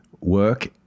work